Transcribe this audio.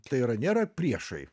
tai yra nėra priešai